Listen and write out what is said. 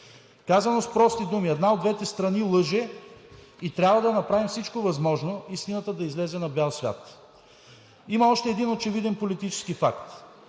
Казано с прости думи: едната от двете страни лъже и трябва да направим всичко възможно истината да излезе на бял свят. Има още един очевиден политически факт